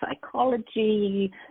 psychology